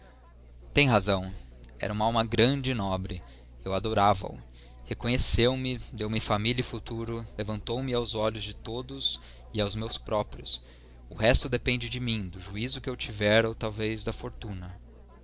tem razão era uma alma grande e nobre eu adorava o reconheceu-me deu-me família e futuro levantou me aos olhos de todos e aos meus próprios o resto depende de mim do juízo que eu tiver ou talvez da fortuna